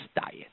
diet